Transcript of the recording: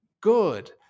good